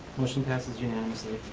motion passes unanimously.